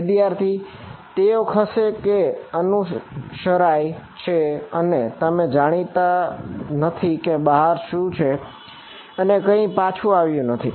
વિદ્યાર્થી તેઓ ખસે કે તેઓ અનુશરાય છે અને તમે જાણતા નથી કે બહાર શું છે અને કઈ પાછું આવ્યું નથી